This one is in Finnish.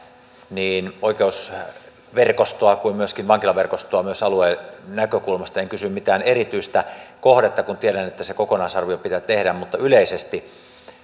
niin oikeusistuinverkostoa kuin vankilaverkostoa myös alueen näkökulmasta en kysy mistään erityisestä kohteesta kun tiedän että se kokonaisarvio pitää tehdä mutta yleisesti